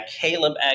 Caleb